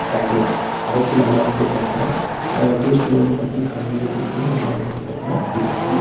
சாப்பிட்லாம் அரைத்து நல்லா வந்து பார்த்தின்னா ஜூஸ்ல வந்து பார்த்தின்னா கலந்து குடிச்சோம்னா நல்லா வந்து பார்த்தின்னா இதாகும்